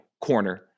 corner